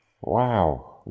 Wow